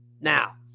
Now